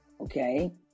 Okay